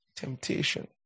temptation